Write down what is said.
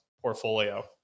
portfolio